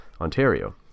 Ontario